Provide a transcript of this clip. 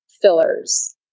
fillers